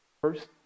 First